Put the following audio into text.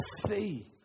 see